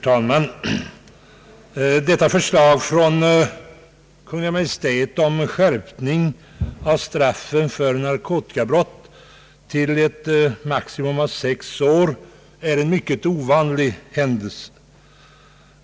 Herr talman! Det föreliggande förslaget från Kungl. Maj:t om skärpning av straffen för narkotikabrott till ett maximum av sex år är en mycket ovanlig företeelse.